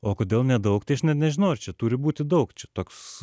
o kodėl nedaug tai aš bet nežinau ar čia turi būti daug čia toks